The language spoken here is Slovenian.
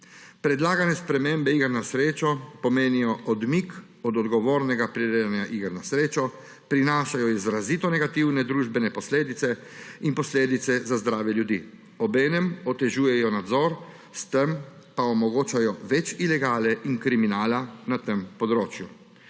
Predlagane spremembe iger na srečo pomenijo odmik od odgovornega prirejanja iger na srečo, prinašajo izrazito negativne družbene posledice in posledice za zdravje ljudi. Obenem otežujejo nadzor, s tem pa omogočajo več ilegale in kriminala na tem področju.